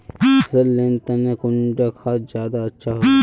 फसल लेर तने कुंडा खाद ज्यादा अच्छा हेवै?